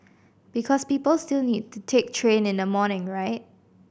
because people still need to take train in the morning right